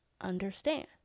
understand